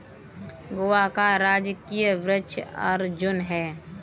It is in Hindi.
गोवा का राजकीय वृक्ष अर्जुन है